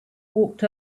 walked